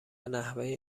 نحوه